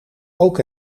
ook